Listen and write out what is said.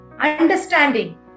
understanding